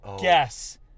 Guess